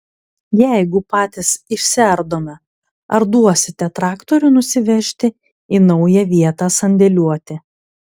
jeigu patys išsiardome ar duosite traktorių nusivežti į naują vietą sandėliuoti